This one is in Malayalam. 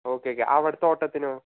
ഓക്കെ ഓക്കെ അവിടുത്തെ ഓട്ടത്തിനോ